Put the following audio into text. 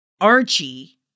Archie